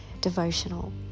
devotional